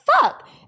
fuck